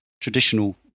traditional